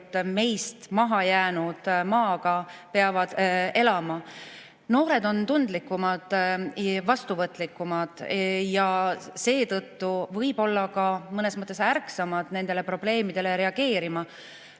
meist maha jäänud Maal peavad elama. Noored on tundlikumad ja vastuvõtlikumad, seetõttu võib-olla ka mõnes mõttes ärksamad nendele probleemidele reageerima.